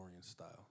style